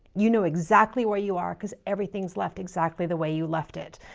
you know exactly where you are because everything's left exactly the way you left it.